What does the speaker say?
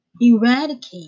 eradicate